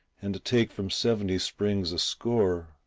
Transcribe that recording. and take from seventy springs a score,